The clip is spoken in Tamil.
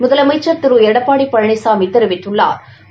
முதலமைச்சா் திரு எடப்பாடி பழனிசாமி தெரிவித்துள்ளாா்